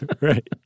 Right